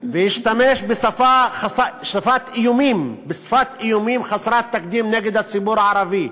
והשתמש בשפת איומים חסרת תקדים נגד הציבור הערבי: